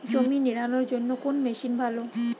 জমি নিড়ানোর জন্য কোন মেশিন ভালো?